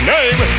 Name